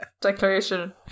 declaration